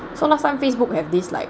so last time Facebook have this like